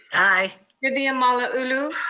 aye. vivian malauulu.